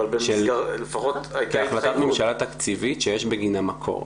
אבל לפחות הייתה --- כהחלטת ממשלה תקציבית שיש בגינה מקור.